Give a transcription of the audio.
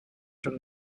from